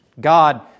God